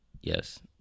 Yes